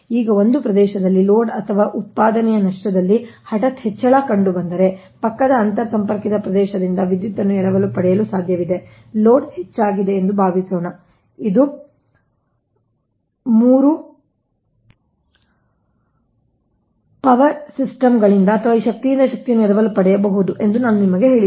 ಈಗ ಒಂದು ಪ್ರದೇಶದಲ್ಲಿ ಲೋಡ್ ಅಥವಾ ಉತ್ಪಾದನೆಯ ನಷ್ಟದಲ್ಲಿ ಹಠಾತ್ ಹೆಚ್ಚಳ ಕಂಡುಬಂದರೆ ಪಕ್ಕದ ಅಂತರ್ ಸಂಪರ್ಕಿತ ಪ್ರದೇಶದಿಂದ ವಿದ್ಯುತ್ ಅನ್ನು ಎರವಲು ಪಡೆಯಲು ಸಾಧ್ಯವಿದೆ ಅಂದರೆ ಲೋಡ್ ಹೆಚ್ಚಾಗಿದೆ ಎಂದು ಭಾವಿಸೋಣ ಇದು ಈ 3 ಪವರ್ ಸಿಸ್ಟಮ್ಗಳಿಂದ ಅಥವಾ ಈ ಶಕ್ತಿಯಿಂದ ಶಕ್ತಿಯನ್ನು ಎರವಲು ಪಡೆಯಬಹುದು ಎಂದು ನಾನು ನಿಮಗೆ ಹೇಳಿದೆ